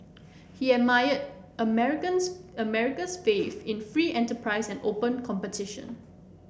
he admired American's America's faith in free enterprise and open competition